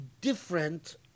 different